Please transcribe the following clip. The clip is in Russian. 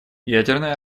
ядерное